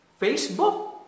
Facebook